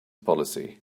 policy